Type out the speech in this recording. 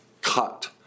cut